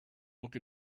look